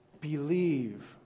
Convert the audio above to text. believe